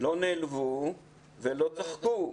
לא נעלבו ולא צחקו,